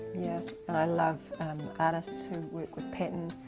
yeah, and i love artists who work with pattern,